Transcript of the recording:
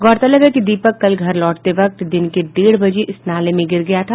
गौरतलब है कि दीपक कल घर लौटते वक्त दिन के डेढ़ बजे इस नाले में गिर गया था